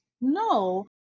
No